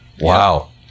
Wow